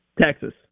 Texas